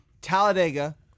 Talladega